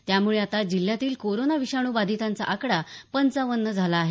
त्यामुळे आता जिल्ह्यातील कोरोना विषाणू बाधितांचा आकडा पंच्वावन्न झाला आहे